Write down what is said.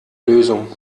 lösung